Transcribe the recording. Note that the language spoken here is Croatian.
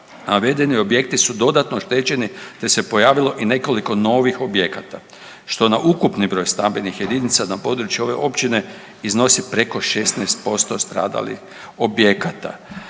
navedeni su objekti dodatno oštećeni te se pojavilo i nekoliko novih objekata što na ukupni broj stambenih jedinica na području ove općine iznosi preko 16% stradalih objekata.